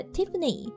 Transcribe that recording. Tiffany